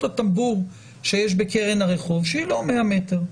הטמבור שיש בקרן הרחוב ששטחה לא עולה על 100 מטרים.